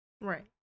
Right